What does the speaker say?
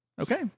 Okay